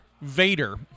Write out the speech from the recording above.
Vader